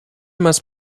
must